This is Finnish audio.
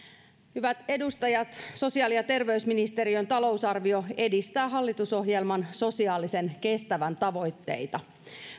hyvät edustajat sosiaali ja terveysministeriön talousarvio edistää hallitusohjelman sosiaalisen kestävyyden tavoitteita